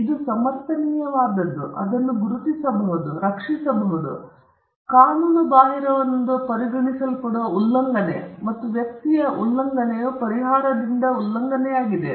ಇದು ಸಮರ್ಥನೀಯವಾದದ್ದು ಅದನ್ನು ಗುರುತಿಸಬಹುದು ಮತ್ತು ಅದನ್ನು ರಕ್ಷಿಸಬಹುದು ಕಾನೂನುಬಾಹಿರವೆಂದು ಪರಿಗಣಿಸಲ್ಪಡುವ ಉಲ್ಲಂಘನೆ ಮತ್ತು ವ್ಯಕ್ತಿಯ ಉಲ್ಲಂಘನೆಯು ಪರಿಹಾರದಿಂದ ಉಲ್ಲಂಘನೆಯಾಗಿದೆ